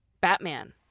Batman